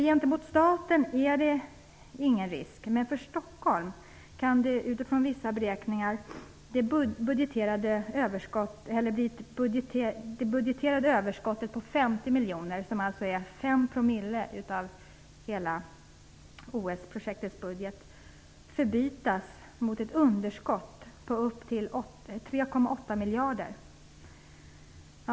Gentemot staten är det ingen risk, men för Stockholm kan utifrån vissa beräkningar det budgeterade överskottet på 50 miljoner, som alltså är fem promille av hela OS-projektets budget, förbytas mot ett underskott på upp till 3,8 miljarder.